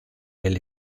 del